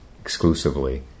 exclusively